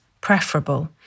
preferable